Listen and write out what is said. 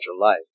life